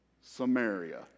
Samaria